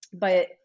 but-